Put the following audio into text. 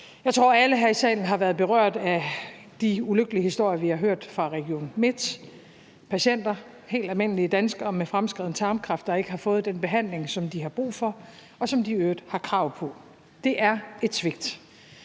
Jeg tror, at alle her i salen har været berørt af de ulykkelige historier, vi har hørt fra Region Midtjylland, om patienter, helt almindelige danskere med fremskreden tarmkræft, der ikke har fået den behandling, som de har brug for, og som de i øvrigt har krav på. Det er et svigt.